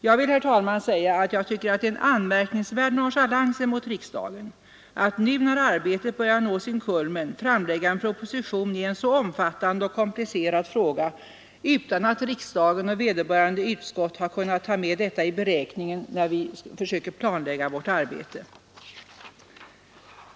Jag tycker, herr talman, att det är en anmärkningsvärd nonchalans mot riksdagen att nu när arbetet börjar nå sin kulmen framlägga en proposition i en så omfattande och komplicerad fråga utan att riksdagen och vederbörande utskott har kunnat ta med detta i beräkningen, när vi försöker planlägga vårt arbete.